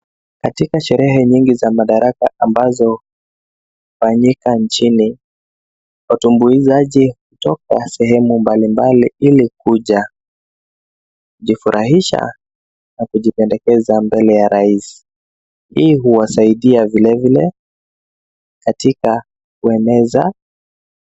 Katika sherehe nyingi za madaraka ambazo hufanyika nchini. Utumbuizaji hutoka sehemu mbalimbali ili kuja jifurahisha na kujipendekeza mbele ya rais. Hii huwasaidia vilevile katika kueneza.